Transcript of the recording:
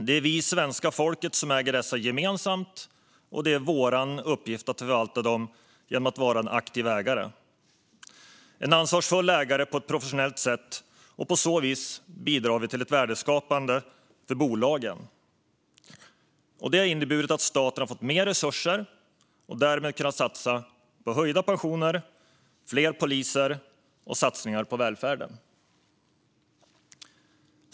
Det är vi, svenska folket, som äger dem gemensamt, och det är vår uppgift att förvalta dem genom att vara en aktiv och ansvarsfull ägare på ett professionellt sätt. På så vis bidrar vi till ett värdeskapande för bolagen, och det har inneburit att staten har fått mer resurser och därmed kunnat satsa på höjda pensioner och fler poliser och göra satsningar på välfärden.